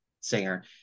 singer